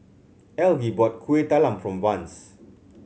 Algie bought Kuih Talam for Vance